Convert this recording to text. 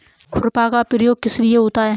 खुरपा का प्रयोग किस लिए होता है?